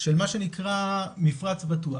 של מה שנקרא מפרץ בטוח,